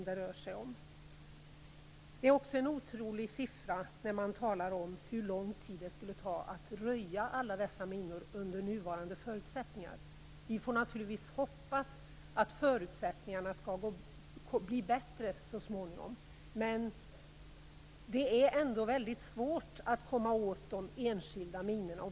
Det är också en otrolig sifferuppgift som lämnas om hur lång tid det skulle ta att röja alla dessa minor under nuvarande förutsättningar. Vi får naturligtvis hoppas att förutsättningarna så småningom skall förbättras, men det är ändå väldigt svårt att komma åt de enskilda minorna.